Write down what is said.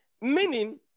meaning